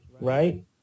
right